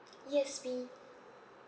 yes we